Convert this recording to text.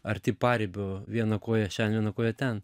arti paribio viena koja šen viena koja ten